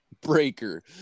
Breaker